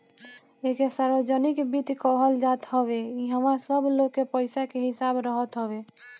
एके सार्वजनिक वित्त कहल जात हवे इहवा सब लोग के पईसा के हिसाब रहत हवे